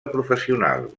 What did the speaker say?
professional